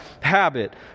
habit